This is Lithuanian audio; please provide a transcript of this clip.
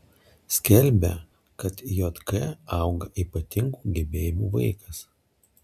skelbia kad jk auga ypatingų gebėjimų vaikas